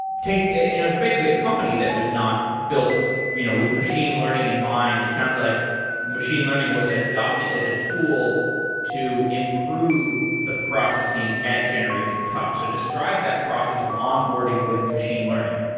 taking and it's basically a company that was not built you know with machine learning in mind. it sounds like machine learning was adopted as a tool to improve the processes at generation tux. so describe that process of onboarding with machine learning.